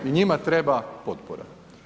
I njima treba potpora.